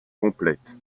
complète